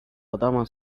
adama